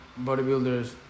bodybuilders